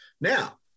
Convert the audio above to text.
Now